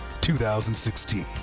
2016